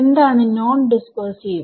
എന്താണ് non dispersive